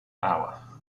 hour